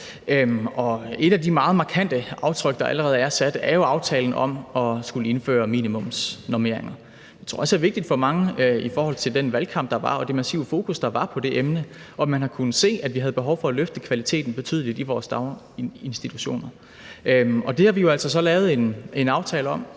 Et af de meget markante aftryk, der allerede er sat, er jo aftalen om at skulle indføre minimumsnormeringer. Det tror jeg også er vigtigt for mange i forhold til den valgkamp, der var, og det massive fokus, der var på det emne. Man har kunnet se, at vi havde behov for at løfte kvaliteten betydeligt i vores daginstitutioner. Det har vi jo altså så lavet en aftale om,